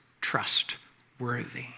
trustworthy